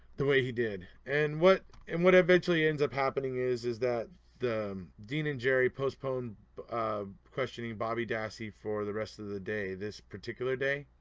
the way he did. and what and what eventually ends up happening is is that dean and jerry postpone questioning bobby dassey for the rest of the day, this particular day